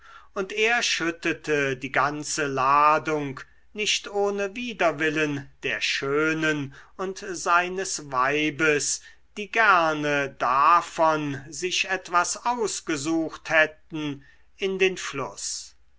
und er schüttete die ganze ladung nicht ohne widerwillen der schönen und seines weibes die gerne davon sich etwas ausgesucht hätten in den fluß